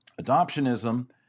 Adoptionism